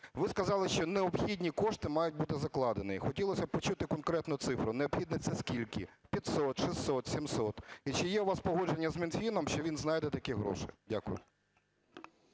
Ви сказали, що необхідні кошти мають бути закладені. Хотілося б почути конкретну цифру. Необхідні – це скільки: 500, 600, 700? І чи є у вас погодження з Мінфіном, що він знайде такі гроші? Дякую.